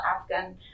Afghan